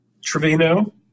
Trevino